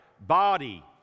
body